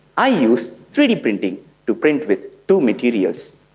i use three d printing to print with two materials.